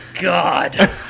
God